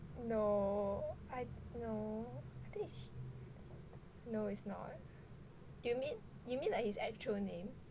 no I no I think no it's not you mean you mean like his actual name